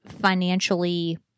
financially